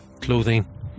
clothing